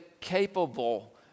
capable